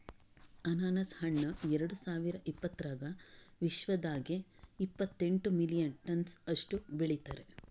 ಅನಾನಸ್ ಹಣ್ಣ ಎರಡು ಸಾವಿರ ಇಪ್ಪತ್ತರಾಗ ವಿಶ್ವದಾಗೆ ಇಪ್ಪತ್ತೆಂಟು ಮಿಲಿಯನ್ ಟನ್ಸ್ ಅಷ್ಟು ಬೆಳದಾರ್